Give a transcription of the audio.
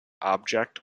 object